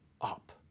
up